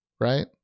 right